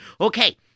Okay